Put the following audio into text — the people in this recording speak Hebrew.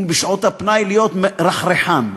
בשעות הפנאי, להיות רחרחן.